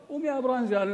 מהברנז'ה, הוא מהברנז'ה.